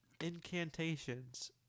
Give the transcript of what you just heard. Incantations